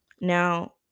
Now